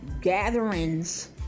gatherings